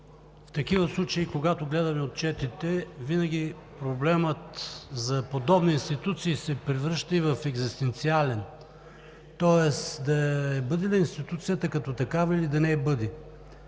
В случаите, когато гледаме отчетите, винаги проблемът за подобни институции се превръща и в екзистенциален, тоест да я бъде ли институцията като такава, или да не я бъде?!